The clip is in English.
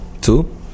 two